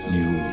new